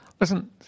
Listen